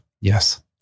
Yes